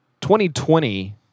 2020